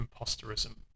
imposterism